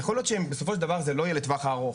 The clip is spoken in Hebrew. יכול להיות שבסופו של דבר זה לא יהיה לטווח הארוך.